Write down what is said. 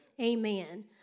Amen